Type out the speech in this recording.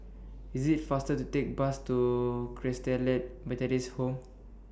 IS IT faster to Take Bus to Christalite Methodist Home